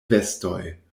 vestoj